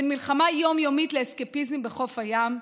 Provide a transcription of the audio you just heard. בין מלחמה יום-יומית לאסקפיזם בחוף הים,